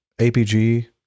APG